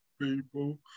people